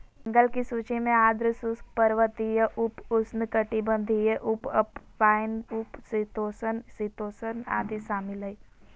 जंगल की सूची में आर्द्र शुष्क, पर्वतीय, उप उष्णकटिबंधीय, उपअल्पाइन, उप शीतोष्ण, शीतोष्ण आदि शामिल हइ